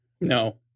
No